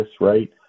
right